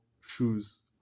shoes